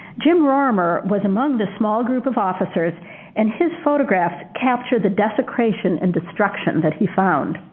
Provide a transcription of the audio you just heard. jim rorimer was among the small group of officers and his photographs captured the desecration and destruction that he found.